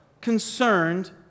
concerned